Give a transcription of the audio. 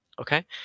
Okay